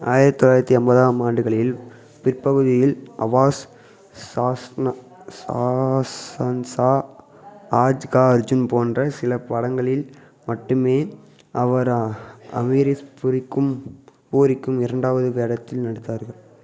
ஆயிரத்து தொள்ளாயிரத்தி எண்பதாம் ஆண்டுகளில் பிற்பகுதியில் அவாஸ் ஷா ஸாஹென்ஸா ஆஜ் கா அர்ஜுன் போன்ற சில படங்களில் மட்டுமே அவர் அமிரீஷ் பூரிக்கும் பூரிக்கும் இரண்டாவது வேடத்தில் நடித்தார்கள்